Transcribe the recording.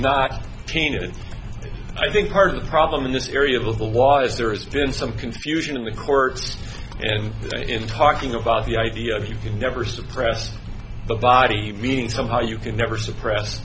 not peanuts i think part of the problem in this area of the law is there has been some confusion in the courts and in talking about the idea of you can never suppress the body being somehow you can never suppress